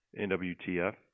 NWTF